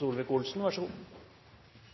reduseres, og at de skulle tilpasses virkeligheten. Det